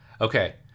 Okay